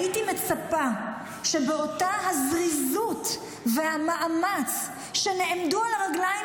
הייתי מצפה שבאותה הזריזות והמאמץ שנעמדו על הרגליים